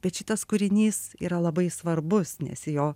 bet šitas kūrinys yra labai svarbus nes jo